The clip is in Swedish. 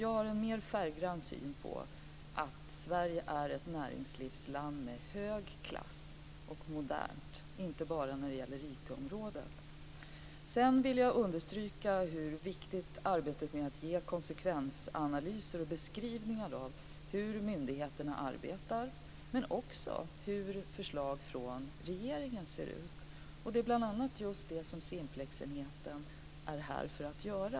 Jag har en mer färggrann syn på att Sverige är ett näringslivsland med hög klass och är modernt inte bara när det gäller IT Sedan vill jag understryka hur viktigt arbetet är med att ge konsekvensanalyser och beskrivningar av hur myndigheterna arbetar men också om hur förslag från regeringen ser ut. Det är bl.a. just det som Simplexenheten är här för att göra.